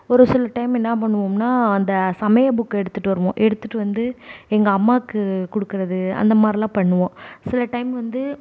ஒரு சில டைம் என்னப்பண்ணுவோம்னா அந்த சமையல் புக்கை எடுத்துகிட்டு வருவோம் எடுத்துகிட்டு வந்து எங்கள் அம்மாவுக்கு கொடுக்குறது அந்தமாதிரிலாம் பண்ணுவோம் சில டைம்ல வந்து